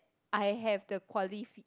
I have the qualifi~